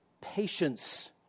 patience